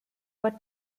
what